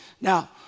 Now